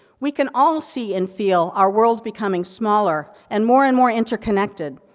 we can all see and feel our world becoming smaller, and more and more interconnected.